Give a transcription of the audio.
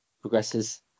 progresses